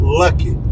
lucky